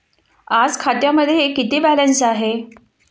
आज खात्यामध्ये किती बॅलन्स आहे?